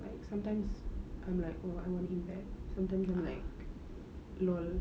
like sometimes I'm like oh I want him back sometimes I'm like lol